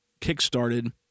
kickstarted